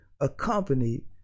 accompanied